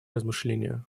размышления